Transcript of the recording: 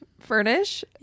Furnish